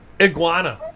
iguana